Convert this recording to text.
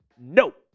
nope